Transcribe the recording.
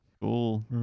Cool